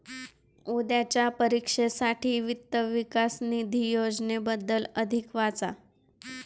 उद्याच्या परीक्षेसाठी वित्त विकास निधी योजनेबद्दल अधिक वाचा